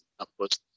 output